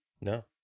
No